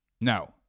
Now